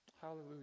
Hallelujah